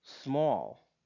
small